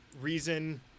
reason